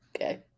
Okay